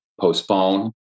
postpone